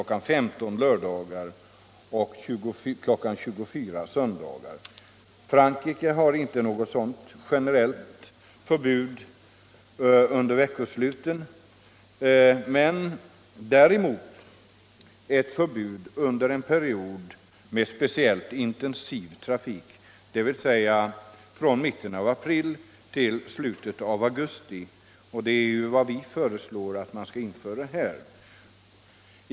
15.00 på lördagar och kl. 24.00 på söndagar. Frankrike har inte något generellt förbud under veckosluten hela året, däremot ett förbud under en period med speciellt intensiv trafik, från mitten av april till slutet av augusti. Det är ett sådant förbud som vi vill införa här i Sverige.